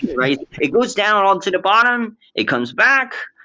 right? it goes down on to the bottom. it comes back,